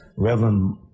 Reverend